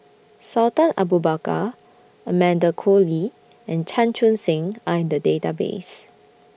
Sultan Abu Bakar Amanda Koe Lee and Chan Chun Sing Are in The Database